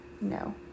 no